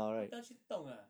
他不要去动啊